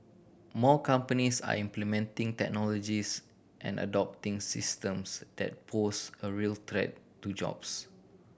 more companies are implementing technologies and adopting systems that pose a real threat to jobs